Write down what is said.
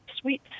sweet